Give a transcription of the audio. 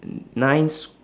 nine s~